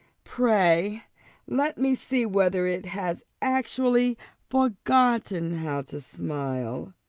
pray let me see whether it has actually forgotten how to smile.